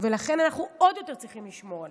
לכן אנחנו עוד יותר צריכים לשמור עליהם.